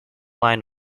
line